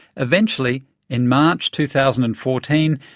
eventually in march two thousand and fourteen,